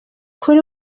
kuri